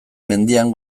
mendian